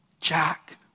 Jack